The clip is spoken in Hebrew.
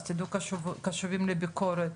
אז תהיו קשובים לביקורת,